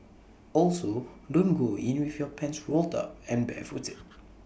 also don't go in with your pants rolled up and barefooted